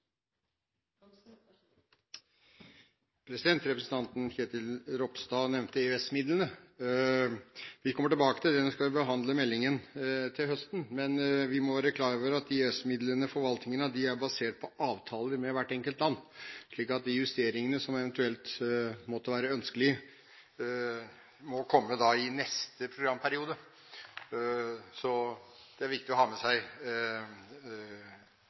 Representanten Kjell Ingolf Ropstad nevnte EØS-midlene. Vi kommer tilbake til det når vi skal behandle meldingen til høsten, men vi må være klar over at forvaltningen av EØS-midlene er basert på avtaler med hvert enkelt land, slik at de justeringene som eventuelt måtte være ønskelige, må komme i neste programperiode. Det er viktig å ha med seg